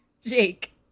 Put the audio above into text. Jake